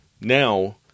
now